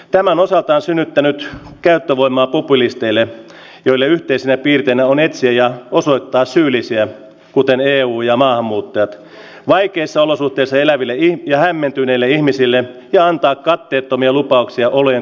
tämä on osaltaan synnyttänyt käyttövoimaa populisteille joille yhteisenä piirteenä on etsiä ja osoittaa syyllisiä kuten eu ja maahanmuuttajat vaikeissa olosuhteissa eläville ja hämmentyneille ihmisille ja antaa katteettomia lupauksia olojen korjaamisesta